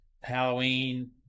Halloween